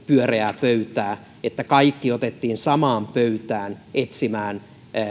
pyöreää pöytää sitä että kaikki otettiin samaan pöytään etsimään